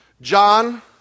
John